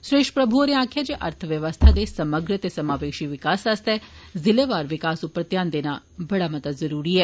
सुरेष प्रभु होरें आक्खेआ जे अर्थव्यवस्था दे समग्र ते समावेषी विकास आस्तै जिलावार विकास उप्पर ध्यान देना जरूरी ऐ